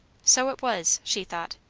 so it was, she thought.